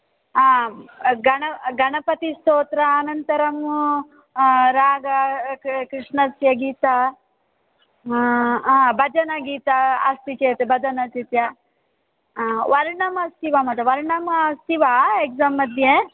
आम् गण गणपतिस्तोत्र अनन्तरम् राधाकृष्णस्य गीता भजनगीता अस्ति चेत् भजनगीता वर्णमस्ति वा वर्णम् अस्ति वा एक्साम् मध्ये